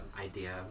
idea